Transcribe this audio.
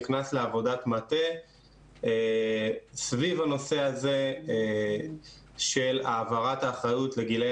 נכנס לעבודת מטה סביב הנושא הזה של העברת האחריות לגילאי